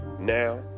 Now